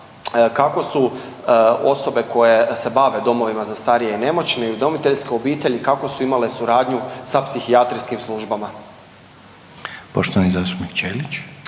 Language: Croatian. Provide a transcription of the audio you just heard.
kako su osobe koje se bave domovima za starije i nemoćne i udomiteljske obitelji kakvu su imali suradnju sa psihijatrijskim službama. **Reiner, Željko